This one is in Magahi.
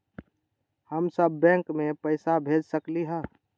हम सब बैंक में पैसा भेज सकली ह?